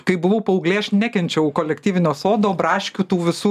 kai buvau paauglė aš nekenčiau kolektyvinio sodo braškių tų visų ir visi